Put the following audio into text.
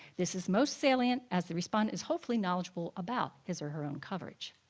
this is most salient as the respondent is hopefully knowledgeable about his or her own coverage.